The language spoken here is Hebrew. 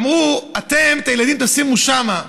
ואמרו: את הילדים תשימו שם.